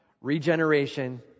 regeneration